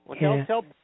Tell